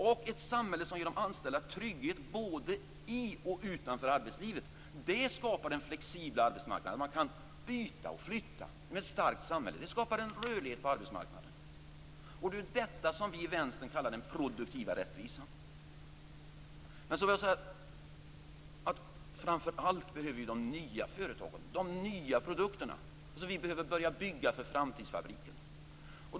Det är ett samhälle som ger de anställda trygghet både i och utanför arbetslivet. Det skapar den flexibla arbetsmarknaden. Med ett starkt samhälle kan man byta och flytta. Det skapar en rörlighet på arbetsmarknaden. Det är detta som vi i Vänstern kallar den produktiva rättvisan. Jag skulle vilja säga att vi framför allt behöver de nya företagen och de nya produkterna. Vi behöver börja bygga för framtidsfabriken.